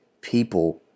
people